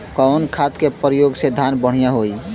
कवन खाद के पयोग से धान बढ़िया होई?